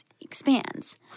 expands